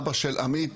אבא של עמית,